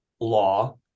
law